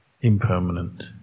impermanent